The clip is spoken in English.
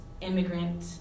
immigrant